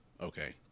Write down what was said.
Okay